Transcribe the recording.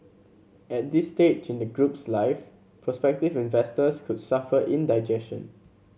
at this stage in the group's life prospective investors could suffer indigestion